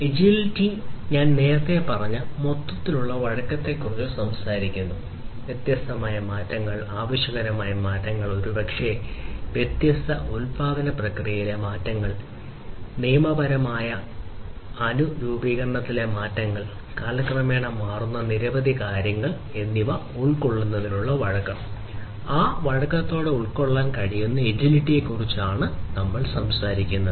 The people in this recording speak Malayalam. എജിലിറ്റി ഞാൻ നേരത്തെ പറഞ്ഞ മൊത്തത്തിലുള്ള വഴക്കത്തെക്കുറിച്ച് സംസാരിക്കുന്നു വ്യത്യസ്ത മാറ്റങ്ങൾ ആവശ്യകതകളിലെ മാറ്റങ്ങൾ ഒരുപക്ഷേ വ്യത്യസ്ത ഉൽപാദന പ്രക്രിയകളിലെ മാറ്റങ്ങൾ നിയമപരമായ അനുരൂപീകരണത്തിലെ മാറ്റങ്ങൾ കാലക്രമേണ മാറുന്ന നിരവധി കാര്യങ്ങൾ എന്നിവ ഉൾക്കൊള്ളുന്നതിനുള്ള വഴക്കം വഴക്കത്തോടെ ഉൾക്കൊള്ളാൻ കഴിയുന്ന എജിലിറ്റിക്കുറിച്ചാണ് സംസാരിക്കുന്നത്